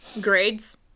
Grades